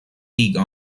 league